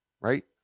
right